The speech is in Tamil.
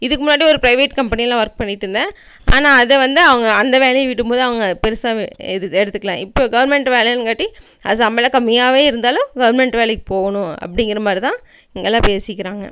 இதுக்கு முன்னாடி ஒரு ப்ரைவேட் கம்பெனியில ஒர்க் பண்ணிட்டுருந்தேன் ஆனால் அதை வந்து அவங்க அந்த வேலையை விடும்போது அவங்க பெருசாகவே எது எடுத்துக்கல இப்போ கவர்மெண்ட் வேலையங்காட்டி அது சம்பளம் கம்மியாகவே இருந்தாலும் கவர்மெண்ட் வேலைக்கு போகணும் அப்படிங்கிறமாரி தான் இங்கெல்லாம் பேசிக்கிறாங்க